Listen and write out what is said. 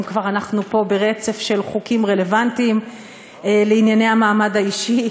אם כבר אנחנו פה ברצף של חוקים רלוונטיים לענייני המעמד האישי,